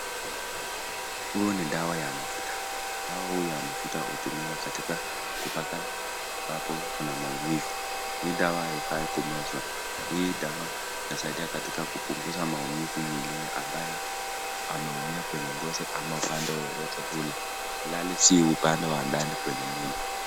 Huu ni dawa ya mafuta. Dawa hii ya mafuta hutumiwa kupaka ambapo kuna maumivu. Hii dawa haifai kumezwa, hii dawa inasaidia katika kupunguza maumivu mwilini ambao mtu ameumia kwenye ngozi ama upande wowote ule ilhali si upande wa ndani ya mwili.